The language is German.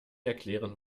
erklären